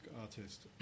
artist